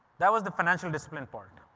that was the financial discipline part.